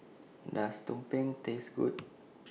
Does Tumpeng Taste Good